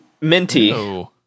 Minty